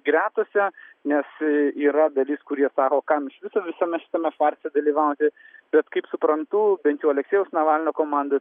gretose nes yra dalis kurie sako kam iš viso visame šitame farse dalyvauti bet kaip suprantu bent jau aleksėjaus navalno komanda